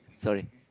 sorry